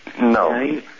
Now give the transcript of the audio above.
No